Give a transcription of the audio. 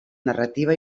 narrativa